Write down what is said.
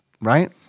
Right